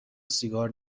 سیگار